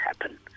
happen